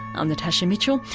i'm natasha mitchell,